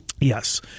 Yes